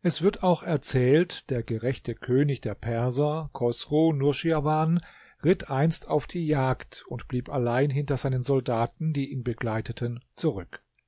es wird auch erzählt der gerechte könig der perser chosru nuschirwan ritt einst auf die jagd und blieb allein hinter seinen soldaten die ihn begleiteten zurück